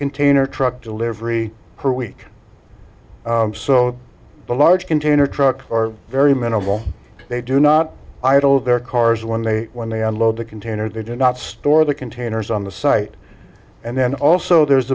container truck delivery per week so the large container truck are very minimal they do not idle their cars when they when they unload the container they do not store the containers on the site and then also there's